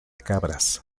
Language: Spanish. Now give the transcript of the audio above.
cabras